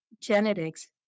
genetics